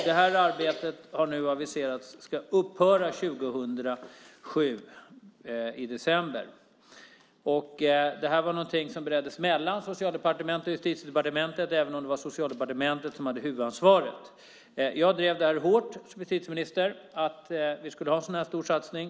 Nu har det aviserats att det här arbetet ska upphöra i december 2007. Det här var någonting som bereddes mellan Socialdepartementet och Justitiedepartementet, även om det var Socialdepartementet som hade huvudansvaret. Jag drev som justitieminister hårt att vi skulle ha en sådan här stor satsning.